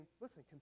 listen